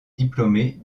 diplômée